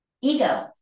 ego